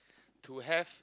to have